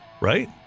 Right